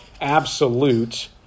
absolute